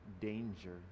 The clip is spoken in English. danger